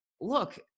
look